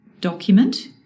document